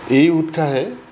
এই উৎসাহে